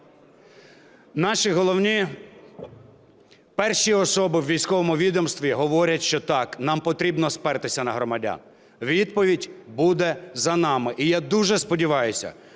Наші головні перші особи у військовому відомстві говорять, що, так, нам потрібно спертися на громадян. Відповідь буде за нами. І я дуже сподіваюсь,